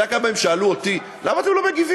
אתה יודע כמה פעמים שאלו אותי: למה אתם לא מגיבים?